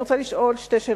אין שום בעיה.